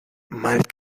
mal